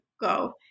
go